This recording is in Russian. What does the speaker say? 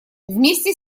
вместе